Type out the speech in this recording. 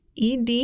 ed